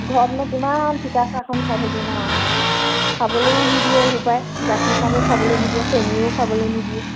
ঘৰতনো কিমান ফিকা চাহখন খাই থাকিম আৰু খাবলৈয়ে নিদিয়ে এইসোপাই গাখীৰ চাহো খাবলৈ নিদিয়ে চেনীও খাবলৈ নিদিয়ে